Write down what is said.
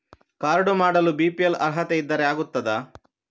Card ಮಾಡಲು BPL ಅರ್ಹತೆ ಇದ್ದರೆ ಆಗುತ್ತದ?